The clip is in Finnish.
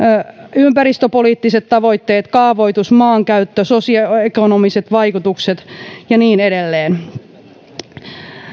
ympäristöpoliittiset tavoitteet kaavoitus maankäyttö sosioekonomiset vaikutukset ja niin edelleen